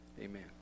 Amen